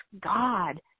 God